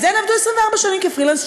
אז הן עבדו 24 שנים כפרילנס,